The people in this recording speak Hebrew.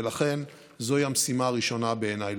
ולכן זוהי המשימה הראשונה בעיניי,